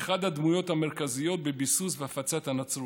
אחת הדמויות המרכזיות בביסוס והפצת הנצרות,